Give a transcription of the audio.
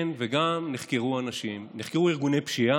כן, גם נחקרו אנשים, נחקרו ארגוני פשיעה,